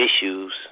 issues